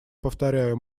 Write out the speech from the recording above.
повторяю